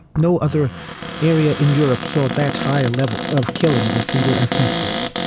no other area in europe saw that high a level of killing of a single ethnic group,